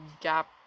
gap